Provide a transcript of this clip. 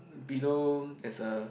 below there's a